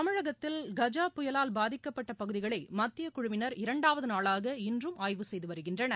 தமிழகத்தில் கஜ பயலால் பாதிக்கப்பட்ட பகுதிகளை மத்தியக் குழுவினர் இரண்டாவது நாளாக இன்றும் ஆய்வு செய்து வருகின்றனர்